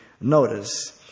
notice